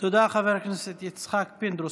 תודה, חבר הכנסת יצחק פינדרוס.